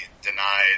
denied